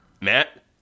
matt